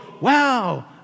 wow